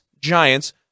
Giants